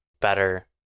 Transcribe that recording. better